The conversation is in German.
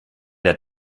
der